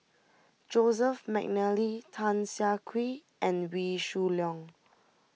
Joseph McNally Tan Siah Kwee and Wee Shoo Leong